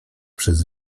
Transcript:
przez